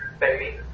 baby